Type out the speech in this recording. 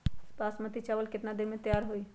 बासमती चावल केतना दिन में तयार होई?